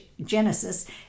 Genesis